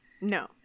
no